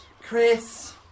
Chris